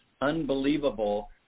unbelievable